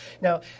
Now